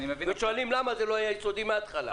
ושואלים למה זה לא היה יסודי מההתחלה.